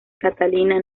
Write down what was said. catalina